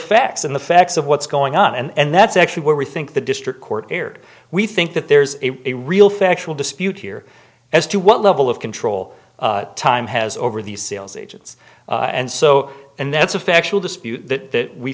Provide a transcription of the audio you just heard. facts and the facts of what's going on and that's actually where we think the district court erred we think that there's a real factual dispute here as to what level of control time has over these sales agents and so and that's a factual dispute that